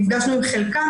נפגשנו עם חלקן,